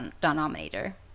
denominator